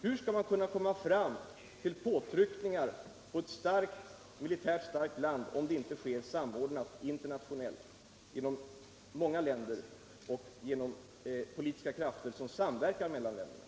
Hur skall man kunna göra påtryckningar på ett militärt starkt land om det inte sker samordnat internationellt genom många länder och genom politiska krafter som samverkar mellan länderna?